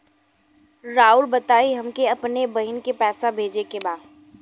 राउर बताई हमके अपने बहिन के पैसा भेजे के बा?